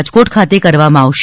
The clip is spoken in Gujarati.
રાજકોટ ખાતે કરવામાં આવશે